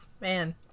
man